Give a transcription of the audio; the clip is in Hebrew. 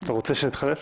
אתה רוצה שנתחלף?